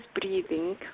breathing